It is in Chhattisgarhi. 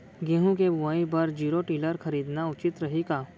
गेहूँ के बुवाई बर जीरो टिलर खरीदना उचित रही का?